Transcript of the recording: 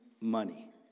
money